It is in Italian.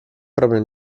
proprio